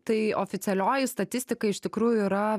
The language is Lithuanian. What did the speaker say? tai oficialioji statistika iš tikrųjų yra